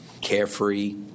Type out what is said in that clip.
carefree